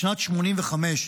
בשנת 1985,